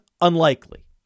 unlikely